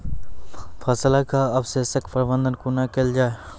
फसलक अवशेषक प्रबंधन कूना केल जाये?